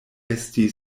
esti